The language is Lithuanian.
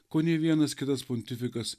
ko nei vienas kitas pontifikas